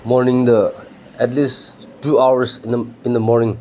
ꯃꯣꯔꯅꯤꯡꯗ at least two hours in the morning